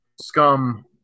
scum